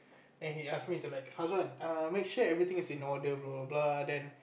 then he ask me to like Hasan err make sure everything is in order bro blah then